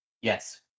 yes